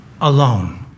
alone